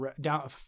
down